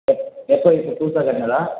எப்போது இப்போ புதுசாக கட்டிணுதா